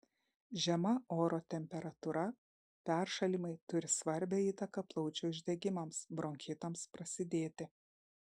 žema oro temperatūra peršalimai turi svarbią įtaką plaučių uždegimams bronchitams prasidėti